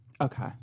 Okay